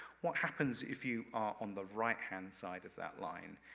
what happens if you are on the right hand side of that line,